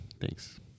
thanks